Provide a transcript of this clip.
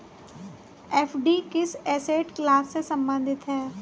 FD किस asset class से संबंधित है?